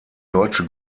deutsche